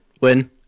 win